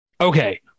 Okay